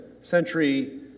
century